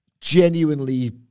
genuinely